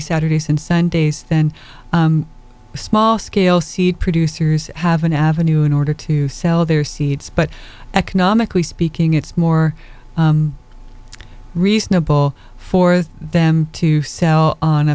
saturdays and sundays then small scale seed producers have an avenue in order to sell their seeds but economically speaking it's more reasonable for them to sell on a